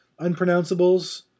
unpronounceables